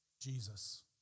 Jesus